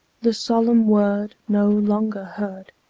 the solemn word no longer heard,